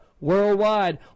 Worldwide